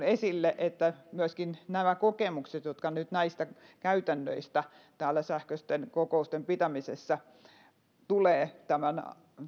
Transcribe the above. esille myöskin tämän että näitä kokemuksia jotka nyt näistä käytännöistä sähköisten kokousten pitämisessä tulevat tämän